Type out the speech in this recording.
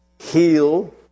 heal